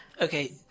Okay